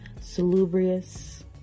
salubrious